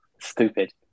stupid